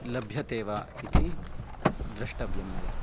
लभ्यते वा इति द्रष्टव्यं मया